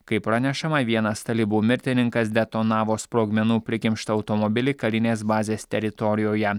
kaip pranešama vienas talibų mirtininkas detonavo sprogmenų prikimštą automobilį karinės bazės teritorijoje